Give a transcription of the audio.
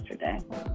yesterday